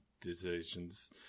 decisions